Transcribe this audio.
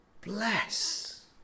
bless